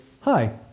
Hi